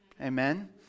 Amen